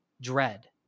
dread